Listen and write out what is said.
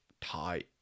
Tight